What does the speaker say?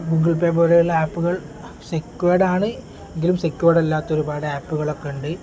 Google Pay പോലെയുള്ള ആപ്പുകൾ സെക്യുവേർഡാണ് എങ്കിലും സെക്യുവേ് അല്ലാത്ത ഒരുപാട് ആപ്പുകളൊക്കെ ഉണ്ട്